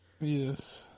Yes